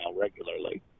regularly